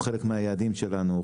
הוא חלק מהיעדים שלנו,